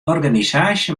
organisaasje